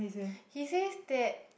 he says that